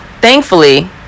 thankfully